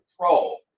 control